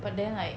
but then like